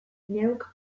neuk